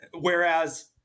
whereas